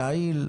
יעיל,